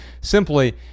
simply